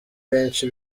benshi